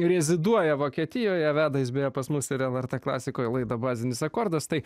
reziduoja vokietijoje veda jis beje pas mus ir lrt klasikoje laidą bazinis akordas tai